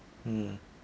mm